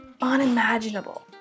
unimaginable